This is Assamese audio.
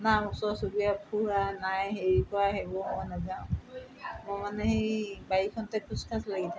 না ওচৰ চুবুৰীয়া ফুৰা নাই হেৰি কৰা সেইবোৰ মই নাযাওঁ মই মানে সেই বাৰীখনতে খোচ খাচ লাগি থাকোঁ